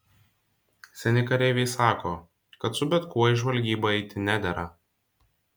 seni kareiviai sako kad su bet kuo į žvalgybą eiti nedera